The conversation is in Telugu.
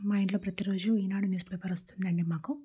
మా ఇంట్లో ప్రతిరోజు ఈనాడు న్యూస్ పేపర్ వస్తుంది అండి మాకు